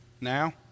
Now